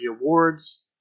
Awards